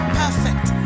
perfect